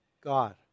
God